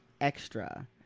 extra